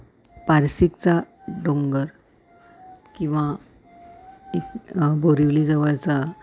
पारसिकचा डोंगर किंवा एक बोरिवली जवळचा